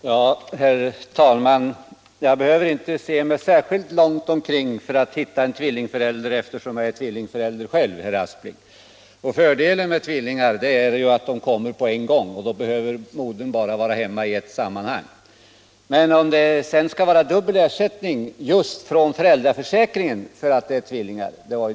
Herr talman! Jag behöver inte se mig särskilt långt omkring för att hitta en tvillingförälder, eftersom jag är tvillingförälder själv, herr Aspling. Fördelen med tvillingar är att de kommer på en gång, och då behöver modern bara vara hemma i ett sammanhang. Vad jag ifrågasatte var om det skall utgå dubbelersättning just från föräldraförsäkringen därför att man fått tvillingar.